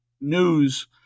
news